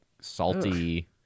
salty